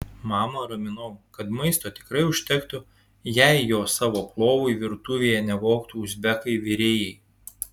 mamą raminau kad maisto tikrai užtektų jei jo savo plovui virtuvėje nevogtų uzbekai virėjai